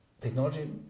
Technology